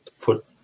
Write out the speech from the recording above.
put